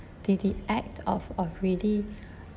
the the act of of really